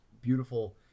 beautiful